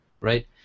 right